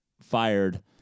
fired